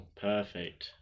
Perfect